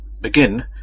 begin